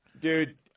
Dude